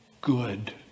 good